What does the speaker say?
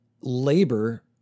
labor